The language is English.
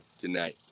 tonight